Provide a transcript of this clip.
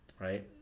right